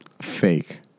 Fake